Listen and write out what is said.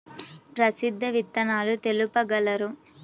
ప్రసిద్ధ విత్తనాలు తెలుపగలరు?